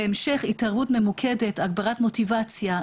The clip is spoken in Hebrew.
בהמשך, תהיה התערבות ממוקדת, הגברת מוטיבציה.